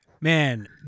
man